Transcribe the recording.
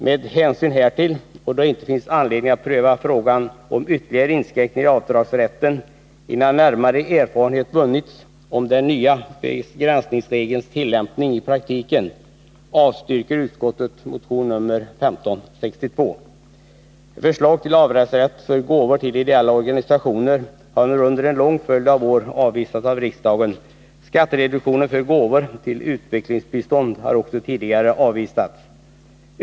Med hänsyn härtill, och då det inte finns anledning pröva frågan om ytterligare inskränkningar i avdragsrätten innan närmare erfarenhet vunnits om den nya begränsningsregelns tillämpning i praktiken, avstyrker utskottet motion nr 1562. Förslag till avdragsrätt för gåvor till ideella organisationer har under en lång följd av år avvisats av riksdagen. Skattereduktion för gåvor till utvecklingsbistånd har också tidigare avvisats.